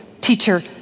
teacher